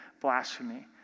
blasphemy